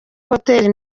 hotel